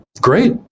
great